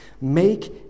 make